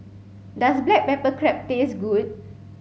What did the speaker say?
does black pepper crab taste good